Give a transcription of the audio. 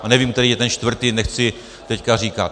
A nevím, který je ten čtvrtý, nechci teď říkat.